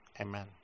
Amen